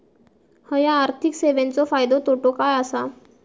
हया आर्थिक सेवेंचो फायदो तोटो काय आसा?